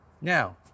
Now